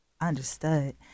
Understood